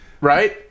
Right